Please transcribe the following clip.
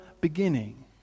beginning